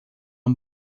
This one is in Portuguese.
uma